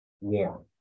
warm